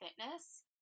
fitness